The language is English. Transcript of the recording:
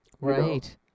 Right